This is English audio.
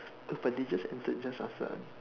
no but they just entered just after us